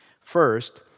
First